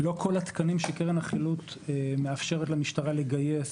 התקנים שקרן החילוט מאפשרת למשטרה לגייס,